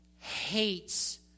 hates